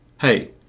hey